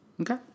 Okay